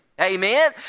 amen